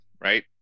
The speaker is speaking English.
right